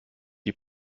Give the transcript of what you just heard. die